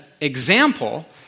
example